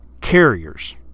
carriers